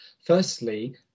Firstly